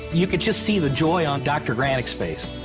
you could just see the joy on dr. granik's face.